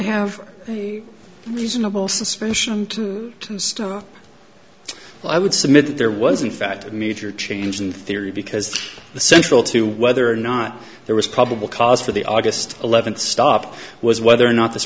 have reasonable suspicion to stop so i would submit that there was in fact a major change in theory because the central to whether or not there was probable cause for the august eleventh stop was whether or not this